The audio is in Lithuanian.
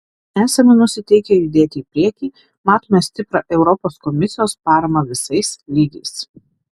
esame nusiteikę judėti į priekį matome stiprią europos komisijos paramą visais lygiais